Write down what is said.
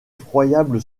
effroyable